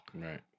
Right